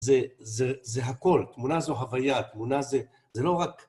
זה הכל, תמונה זו חוויה, תמונה זה... זה לא רק...